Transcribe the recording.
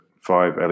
five